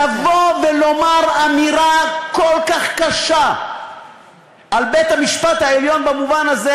לבוא ולומר אמירה כל כך קשה על בית-המשפט העליון במובן הזה,